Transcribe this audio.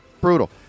brutal